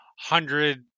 hundred